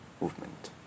movement